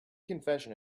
confession